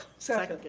second.